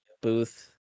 booth